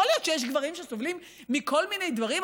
יכול להיות שיש גברים שסובלים מכל מיני דברים,